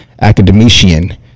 academician